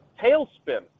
tailspin